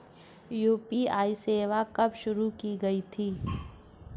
UPI सेवा कब शुरू की गई थी?